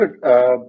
good